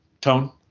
tone